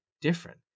different